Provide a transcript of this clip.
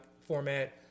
format